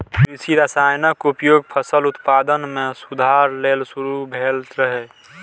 कृषि रसायनक उपयोग फसल उत्पादन मे सुधार लेल शुरू भेल रहै